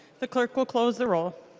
the clerk will close the roll.